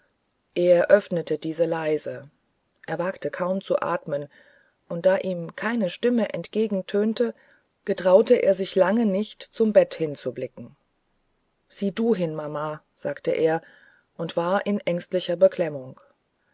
er öffnete diese leise er wagte kaum zu atmen und da ihm keine stimme entgegentönte getraute er sich lange nicht zum bett hinzublicken sieh du hin mama sagte er und war in ängstlicher beklemmung